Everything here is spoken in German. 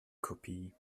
kopie